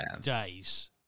days